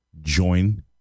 Join